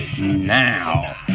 now